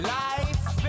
life